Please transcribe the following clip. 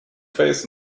face